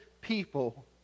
people